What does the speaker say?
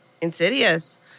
Insidious